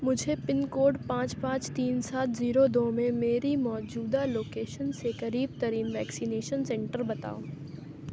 مجھے pin code پانچ پانچ تین سات زیرو دو میں میری موجودہ لوکیشن سے قریب ترین ویکسینیشن سنٹر بتاؤ